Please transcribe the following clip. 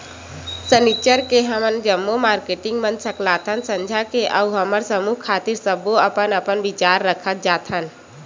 सनिच्चर के हमन जम्मो मारकेटिंग मन सकलाथन संझा के अउ हमर समूह खातिर सब्बो अपन अपन बिचार रखत जाथन